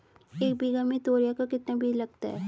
एक बीघा में तोरियां का कितना बीज लगता है?